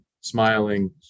smiling